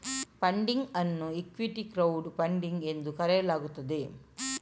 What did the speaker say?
funding ಅನ್ನು equity crowd funding ಎಂದು ಕರೆಯಲಾಗುತ್ತದೆ